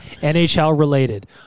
NHL-related